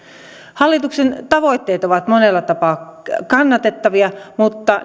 hallituksen tavoitteet ovat monella tapaa kannatettavia mutta